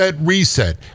Reset